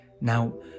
Now